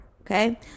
Okay